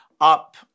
up